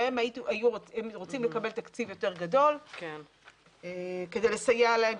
שהם רוצים לקבל תקציב יותר גדול כדי לסייע להם,